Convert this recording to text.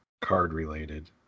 card-related